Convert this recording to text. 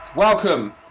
Welcome